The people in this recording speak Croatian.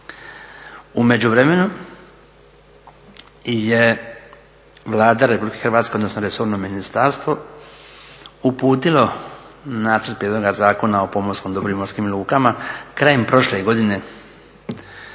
U međuvremenu je Vlada Republike Hrvatske, odnosno resorno ministarstvo, uputilo nacrt prijedloga Zakona o pomorskom dobru i morskim lukama krajem prošle godine